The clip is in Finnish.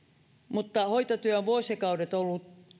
mutta hoitotyö on vuosikaudet ollut